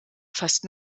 fast